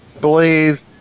believe